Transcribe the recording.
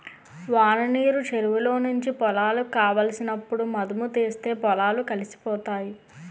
వాననీరు చెరువులో నుంచి పొలాలకు కావలసినప్పుడు మధుముతీస్తే పొలాలు కలిసిపోతాయి